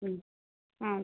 ആ ഓക്കെ